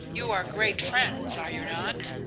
you are great friends, are you not?